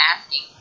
asking